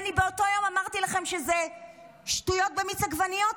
באותו היום אמרתי לכם שזה שטויות במיץ עגבניות,